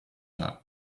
her